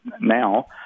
now